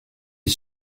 est